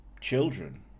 children